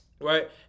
right